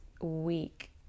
week